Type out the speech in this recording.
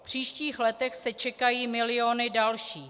V příštích letech se čekají miliony dalších.